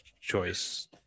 choice